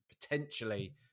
potentially